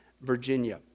Virginia